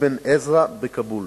אבן עזרא בכאבול.